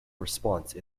response